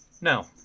no